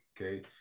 Okay